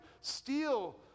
steal